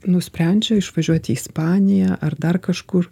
nusprendžia išvažiuot į ispaniją ar dar kažkur